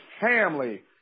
family